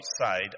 outside